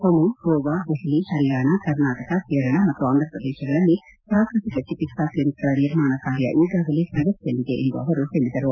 ಪುಣೆ ಗೋವಾ ದೆಹಲಿ ಪರಿಯಾಣ ಕರ್ನಾಟಕ ಕೇರಳ ಮತ್ತು ಆಂಧ್ರಪ್ರದೇಶಗಳಲ್ಲಿ ಪ್ರಾಕೃತಿಕ ಚಿಕಿತ್ಸಾ ಕ್ಷಿನಿಕ್ಗಳ ನಿರ್ಮಾಣ ಕಾರ್ಯ ಈಗಾಗಲೇ ಪ್ರಗತಿಯಲ್ಲಿದೆ ಎಂದು ಅವರು ಹೇಳದರು